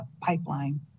pipeline